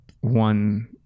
one